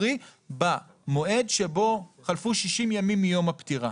קרי במועד שבו חלפו 60 ימים מיום הפטירה.